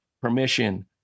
permission